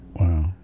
Wow